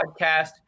Podcast